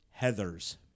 Heathers